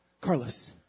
Carlos